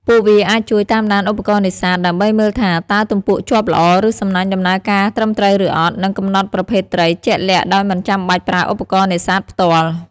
ពួកវាអាចជួយតាមដានឧបករណ៍នេសាទ ដើម្បីមើលថាតើទំពក់ជាប់ល្អ ឬសំណាញ់ដំណើរការត្រឹមត្រូវឬអត់ និងកំណត់ប្រភេទត្រីជាក់លាក់ដោយមិនចាំបាច់ប្រើឧបករណ៍នេសាទផ្ទាល់។